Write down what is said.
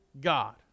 God